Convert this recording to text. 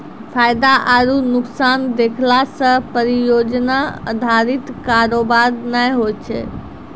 फायदा आरु नुकसान देखला से परियोजना अधारित कारोबार नै होय छै